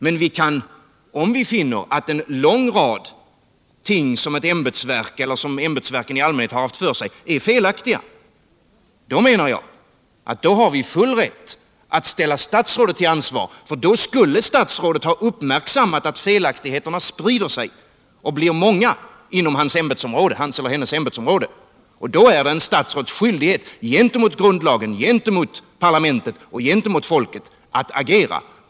Men om vi finner att en lång rad ting som ett visst ämbetsverk eller ämbetsverken i allmänhet sysslar med sköts felaktigt, menar jag att vi har full rätt att ställa statsrådet till ansvar. Statsrådet skulle nämligen då ha upptäckt att felaktigheterna sprider sig och blir många inom hans eller hennes ämbetsområde. Och då är det ett statsråds grundlagsenliga skyldighet gentemot parlamentet och gentemot folket att agera.